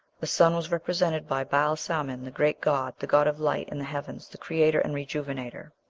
the sun was represented by baal-samin, the great god, the god of light and the heavens, the creator and rejuvenator.